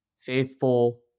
faithful